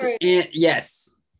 Yes